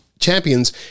Champions